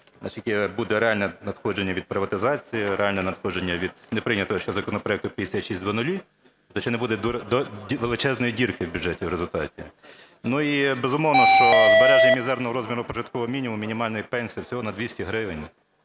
буде реальне надходження від приватизації, реальне надходження від неприйнятого ще законопроекту 5600, та чи не буде величезної дірки в бюджеті в результаті. І, безумовно, що збереження мізерного розміру прожиткового мінімуму, мінімальної пенсії, всього на 200 гривень